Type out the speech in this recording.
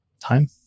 Time